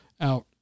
out